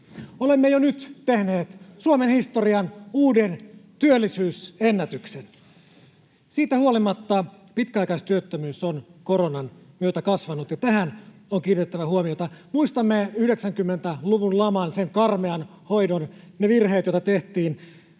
Olemme jo nyt tehneet Suomen historian uuden työllisyysennätyksen. Siitä huolimatta pitkäaikaistyöttömyys on koronan myötä kasvanut, ja tähän on kiinnitettävä huomiota. Muistamme 90-luvun laman, sen karmean hoidon, ne virheet, joita tehtiin.